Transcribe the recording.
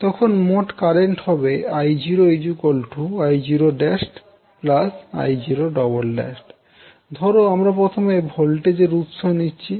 তখন মোট কারেন্ট হবে I0 I0′ I0′′ ধরো আমরা প্রথমে ভোল্টেজ এর উৎস নিচ্ছি